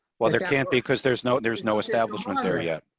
well, there can't be, because there's no there's no establishment area.